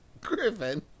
Griffin